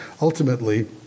Ultimately